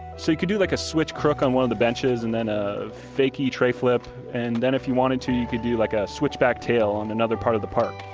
so you could do like a switch crook on one of the benches, and then a fakey tray flip and then if you wanted to, you could do like a switch back tail on another part of the park.